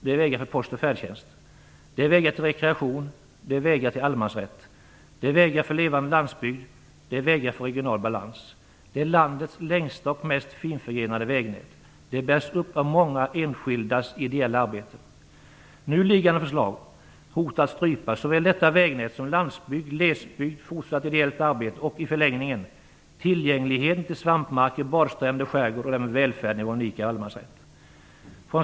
Det är vägar för post och färdtjänst. Det är vägar till rekreation. Det är vägar till allemansrätt. Det är vägar för levande landsbygd. Det är vägar för regional balans. Det är landets längsta och mest finförgrenade vägnät. Det bärs upp av många enskildas ideella arbete. Nu liggande förslag hotar att strypa såväl detta vägnät som landsbygd, glesbygd, fortsatt ideellt arbete och i förlängningen tillgängligheten till svampmarker, badstränder, skärgård och även välfärden i vår unika allemansrätt.